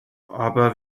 aber